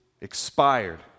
expired